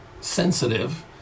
sensitive